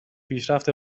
پیشرفت